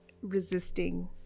resisting